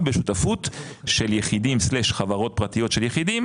בשותפות של יחידים/חברות פרטיות של יחידים,